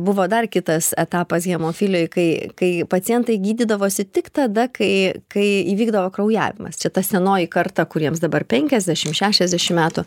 buvo dar kitas etapas hemofilijoj kai kai pacientai gydydavosi tik tada kai kai įvykdavo kraujavimas čia ta senoji karta kuriems dabar penkiasdešimt šešiasdešimt metų